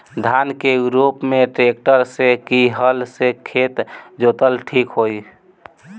धान के रोपन मे ट्रेक्टर से की हल से खेत जोतल ठीक होई?